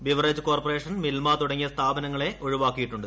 beverage corporation Milma തുടങ്ങിയ സ്ഥാപനങ്ങളെ ഒഴിവാക്കിയിട്ടുണ്ട്